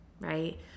right